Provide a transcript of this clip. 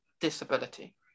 disability